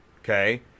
Okay